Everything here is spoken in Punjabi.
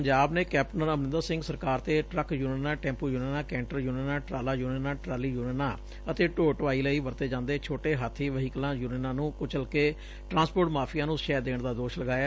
ਆਮ ਆਦਮੀ ਪਾਰਟੀ ਆਪ ਪੰਜਾਬ ਨੇ ਕੈਪਟਨ ਅਮਰਿੰਦਰ ਸਿੰਘ ਸਰਕਾਰ ਤੇ ਟਰੱਕ ਯੁਨੀਅਨਾਂ ਟੈਂਪੁ ਯੁਨੀਅਨਾਂ ਕੈਂਟਰ ਯੁਨੀਅਨਾਂ ਟਰਾਲਾ ਯੁਨੀਅਨਾਂ ਟਰਾਲੀ ਯੁਨੀਅਨਾਂ ਅਤੇ ਢੋ ਢੁਆਈ ਲਈ ਵਰਤੇ ਜਾਂਦੇ ਛੋਟੇ ਹਾਥੀ ਵਹੀਕਲਾਂ ਯੂਨੀਅਨਾਂ ਨੂੰ ਕੁਚਲ ਕੇ ਟਰਾਂਸਪੋਰਟ ਮਾਫੀਆ ਨੂੰ ਸਹਿ ਦੇਣ ਦਾ ਦੋਸ਼ ਲਗਾਇਐ